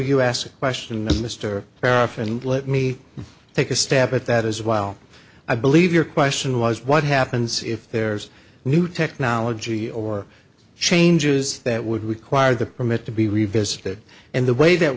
you asked a question mr paraffin and let me take a stab at that as well i believe your question was what happens if there's new technology or changes that would require the permit to be revisited and the way that